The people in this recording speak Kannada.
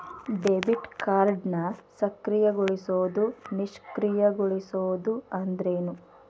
ಡೆಬಿಟ್ ಕಾರ್ಡ್ನ ಸಕ್ರಿಯಗೊಳಿಸೋದು ನಿಷ್ಕ್ರಿಯಗೊಳಿಸೋದು ಅಂದ್ರೇನು?